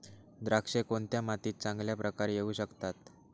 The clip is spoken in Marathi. द्राक्षे कोणत्या मातीत चांगल्या प्रकारे येऊ शकतात?